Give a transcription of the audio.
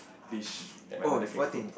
dish that my mother can cook